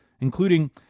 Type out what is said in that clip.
including